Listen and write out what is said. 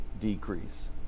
decrease